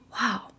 wow